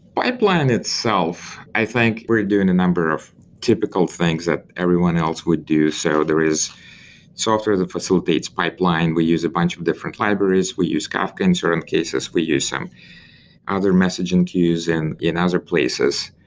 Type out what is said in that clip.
pipeline itself, i think we're doing a number of typical things that everyone else would do. so there is software that facilitates pipeline. we use a bunch of different libraries. we use kafka in certain cases. we use some other messaging queues in in other places.